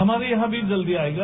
हमारे यहां भी जल्दी आएगा